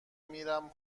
میرم